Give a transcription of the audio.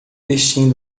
vestindo